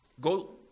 Go